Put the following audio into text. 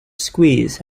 squeeze